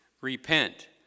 repent